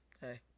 Hey